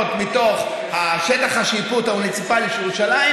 מתוך שטח השיפוט המוניציפלי של ירושלים,